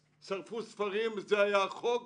זה היה החוק,